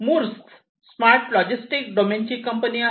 Maersk smart logistics डोमेनची company आहे